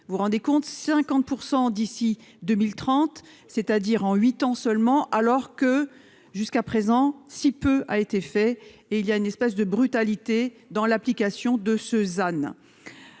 vous rendez compte 50 % d'ici 2030, c'est-à-dire en 8 ans seulement, alors que jusqu'à présent si peu a été fait et il y a une espèce de brutalité dans l'application de Cezanne,